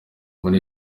kuri